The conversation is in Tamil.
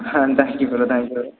ah thank you bro thank you bro